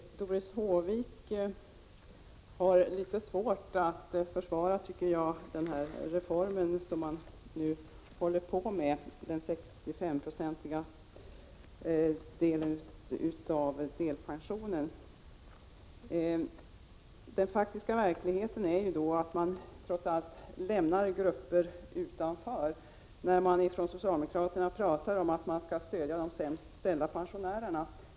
Herr talman! Doris Håvik har litet svårt att försvara den här reformen som man nu håller på med, den 65-procentiga delpensionen. I verkligheten är det trots allt grupper som lämnas utanför när socialdemokraterna talar om att stödja de sämst ställda pensionärerna.